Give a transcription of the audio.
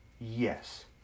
Yes